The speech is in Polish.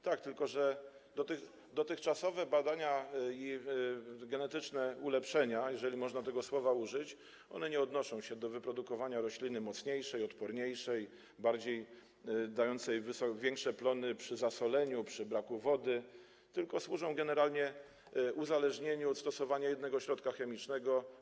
Tak, tylko że dotychczasowe badania i genetyczne ulepszenia, jeżeli można tego słowa użyć, nie odnoszą się do wyprodukowania rośliny mocniejszej, odporniejszej, dającej większe plony przy zasoleniu, przy braku wody, tylko służą generalnie uzależnieniu od stosowania jednego środka chemicznego.